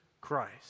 Christ